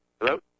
Hello